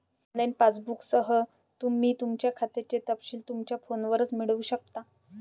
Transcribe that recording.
online पासबुकसह, तुम्ही तुमच्या खात्याचे तपशील तुमच्या फोनवरच मिळवू शकता